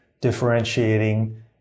Differentiating